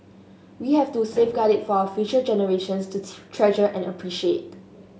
we have to safeguard it for our future generations to treasure and appreciate